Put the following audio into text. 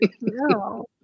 No